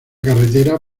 carretera